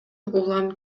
улам